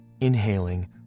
inhaling